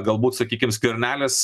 galbūt sakykim skvernelis